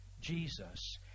Jesus